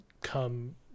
come